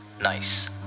Nice